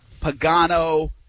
Pagano